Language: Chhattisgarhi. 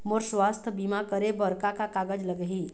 मोर स्वस्थ बीमा करे बर का का कागज लगही?